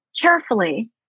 carefully